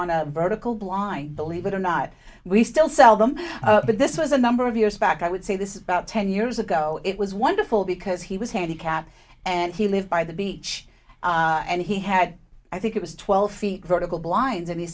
on a vertical blinds believe it or not we still sell them but this was a number of years back i would say this is about ten years ago it was wonderful because he was handicapped and he lived by the beach and he had i think it was twelve feet blinds and he